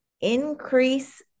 increase